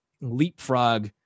leapfrog